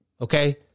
Okay